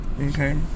Okay